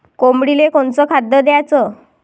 कोंबडीले कोनच खाद्य द्याच?